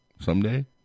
Someday